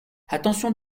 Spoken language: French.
attention